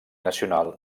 nacional